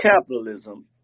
capitalism